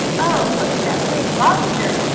oh, look at that big lobster!